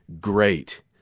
great